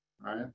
right